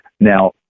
Now